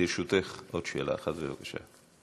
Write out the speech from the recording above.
לרשותך עוד שאלה אחת, בבקשה.